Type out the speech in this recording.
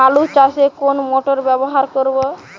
আলু চাষে কোন মোটর ব্যবহার করব?